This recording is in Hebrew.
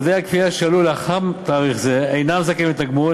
עובדי הכפייה שעלו לאחר תאריך זה אינם זכאים לתגמול,